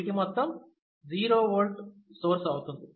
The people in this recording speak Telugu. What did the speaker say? వీటి మొత్తం 0V సోర్స్ అవుతుంది